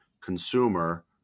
consumer